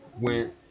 went